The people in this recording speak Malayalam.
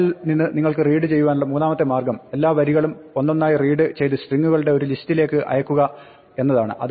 ഫയലിൽ നിന്ന് നിങ്ങൾക്ക് റീഡ് ചെയ്യുവാനുള്ള മൂന്നാമത്തെ മാർഗ്ഗം എല്ലാ വരികളും ഒന്നൊന്നായി റീഡ് ചെയ്ത് സ്ട്രിങ്ങുകളുടെ ഒരു ലിസ്റ്റിലേക്ക് അയക്കുക എന്നതാണ്